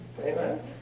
Amen